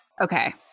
Okay